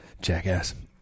Jackass